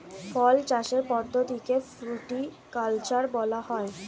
ফল চাষের পদ্ধতিকে ফ্রুটিকালচার বলা হয়